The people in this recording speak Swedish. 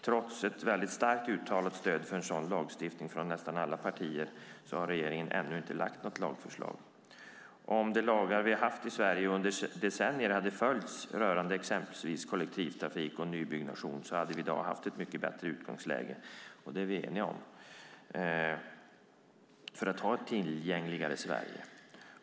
Trots ett starkt uttalat stöd för en sådan lagstiftning från nästan alla politiska partier har regeringen ännu inte lagt fram något lagförslag. Om de lagar vi har haft i Sverige sedan decennier rörande exempelvis kollektivtrafik och nybyggnation hade följts hade vi i dag haft ett mycket bättre utgångsläge för ett tillgängligare Sverige. Det är vi eniga om.